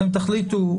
אתם תחליטו,